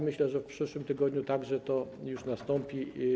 Myślę, że w przyszłym tygodniu to już nastąpi.